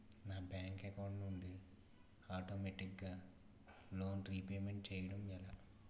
నా bank account నుండి ఆటోమేటిగ్గా లోన్ రీపేమెంట్ చేయడం ఎలా?